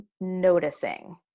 noticing